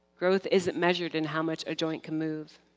growth isn't measured in how much a joint can move.